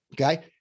Okay